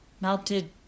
Melted